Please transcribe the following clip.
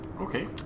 Okay